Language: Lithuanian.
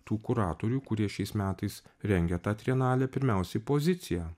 tų kuratorių kurie šiais metais rengia tą trienalę pirmiausiai poziciją